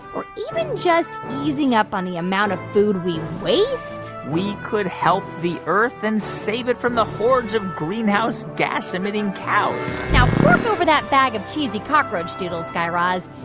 or even just easing up on the amount of food we waste. we could help the earth and save it from the hordes of greenhouse-gas-emitting cows now, fork over that bag of cheesy cockroach doodles, guy raz.